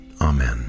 Amen